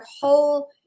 whole